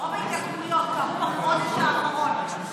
שרוב ההתייקרויות קרו בחודש האחרון,